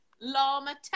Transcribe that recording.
llama